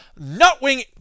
nut-wing